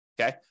Okay